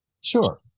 Sure